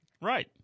Right